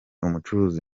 umucuruzi